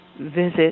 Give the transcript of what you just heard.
visit